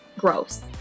gross